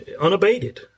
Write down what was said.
unabated